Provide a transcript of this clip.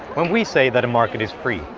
when we say that a market is free,